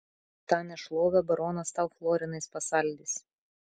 tą nešlovę baronas tau florinais pasaldys